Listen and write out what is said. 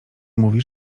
mówi